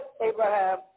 Abraham